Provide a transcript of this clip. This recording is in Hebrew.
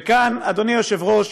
וכאן, אדוני היושב-ראש,